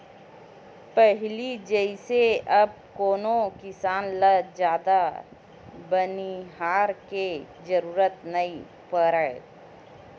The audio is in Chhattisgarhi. पहिली जइसे अब कोनो किसान ल जादा बनिहार के जरुरत नइ पड़य